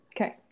Okay